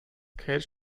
cage